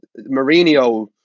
Mourinho